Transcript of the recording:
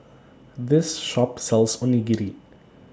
This Shop sells Onigiri